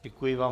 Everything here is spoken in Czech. Děkuji vám.